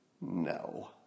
No